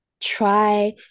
try